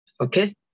Okay